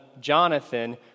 Jonathan